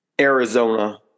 Arizona